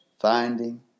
finding